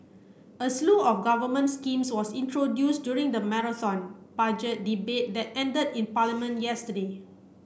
a slew of government schemes was introduced during the Marathon Budget Debate that ended in Parliament yesterday